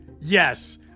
Yes